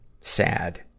Sad